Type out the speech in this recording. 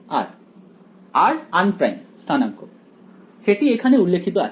r unprimed স্থানাঙ্ক সেটি এখানে উল্লেখিত আছে